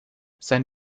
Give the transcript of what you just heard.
sein